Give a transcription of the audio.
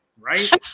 Right